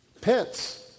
Pets